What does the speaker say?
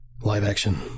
live-action